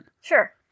Sure